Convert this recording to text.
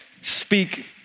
speak